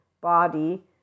body